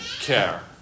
care